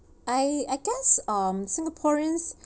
I I guess um singaporeans